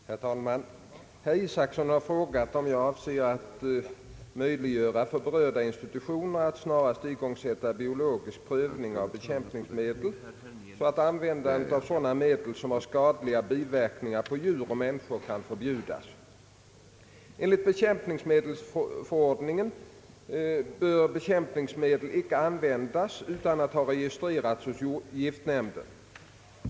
Herr talman! Herr Isacson har frågat om jag avser att möjliggöra för berörda institutioner att snarast igångsätta biologisk prövning av bekämpningsmedel, så att användandet av sådana medel, som har skadliga biverkningar på djur och människor, kan förbjudas. Enligt bekämpningsmedelsförordningen bör bekämpningsmedel inte användas utan att ha registrerats hos giftnämnden.